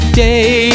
day